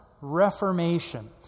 Reformation